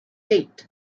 eight